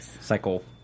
cycle